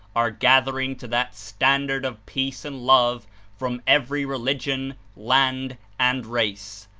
are gathering to that standard of peace and love from every religion, land and race.